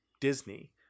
Disney